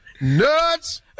nuts